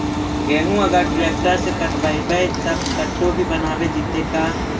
गेहूं अगर ट्रैक्टर से कटबइबै तब कटु भी बनाबे जितै का?